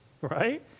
right